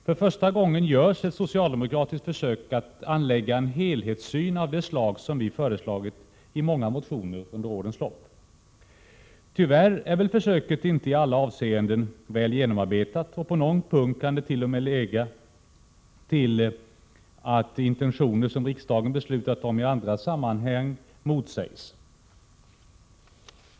För första gången görs ett socialdemokratiskt försök att anlägga en helhetssyn av det slag som vi föreslagit i många motioner under årens lopp. Tyvärr är försöket inte i alla avseenden väl genomarbetat, och på någon punkt kan det till och med leda till att intentioner som riksdagen beslutat om i andra sammanhang motsägs.